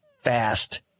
fast